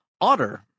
Otter